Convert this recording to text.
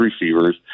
receivers